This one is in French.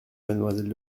mademoiselle